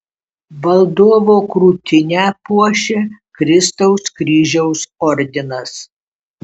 valdovo krūtinę puošia kristaus kryžiaus ordinas